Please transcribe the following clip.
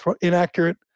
inaccurate